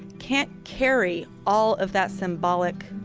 can't carry all of that symbolic